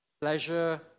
pleasure